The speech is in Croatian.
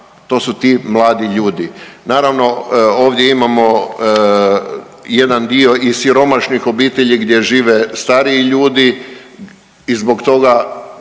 To su ti mladi ljudi. Naravno ovdje imamo jedan dio i siromašnih obitelji gdje žive stariji ljudi i zbog toga